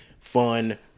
fun